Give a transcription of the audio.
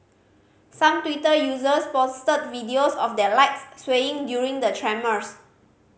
some Twitter users posted videos of their lights swaying during the tremors